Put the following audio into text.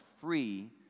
free